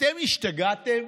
אתם השתגעתם,